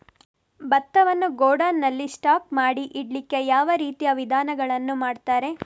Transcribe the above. ಭತ್ತವನ್ನು ಗೋಡೌನ್ ನಲ್ಲಿ ಸ್ಟಾಕ್ ಮಾಡಿ ಇಡ್ಲಿಕ್ಕೆ ಯಾವ ರೀತಿಯ ವಿಧಾನಗಳನ್ನು ಮಾಡ್ತಾರೆ?